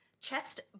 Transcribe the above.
chest